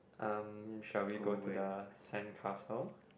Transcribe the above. um shall we go to the sandcastle